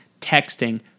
Texting